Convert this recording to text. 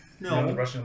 No